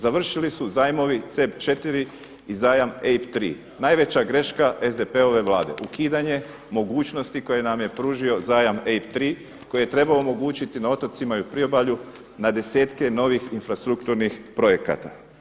Završili su zajmovi CEP 4 i zajam EIB 3, najveća greška SDP-ove Vlade, ukidanje mogućnosti koje nam je pružio zajam EIB 3 koji je trebao omogućiti na otocima i u priobalju na desetke novih infrastrukturnih projekata.